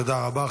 תודה רבה.